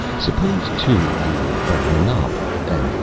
suppose, too, you were writing a novel, and,